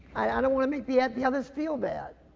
i don't wanna make the yeah the others feel bad.